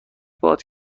باد